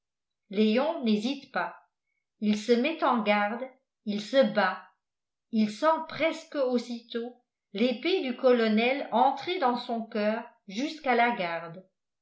léon n'hésite pas il se met en garde il se bat il sent presque aussitôt l'épée du colonel entrer dans son coeur jusqu'à la garde